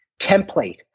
template